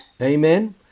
Amen